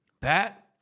Pat